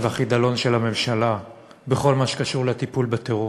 והחידלון של הממשלה בכל מה שקשור בטיפול בטרור.